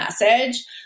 message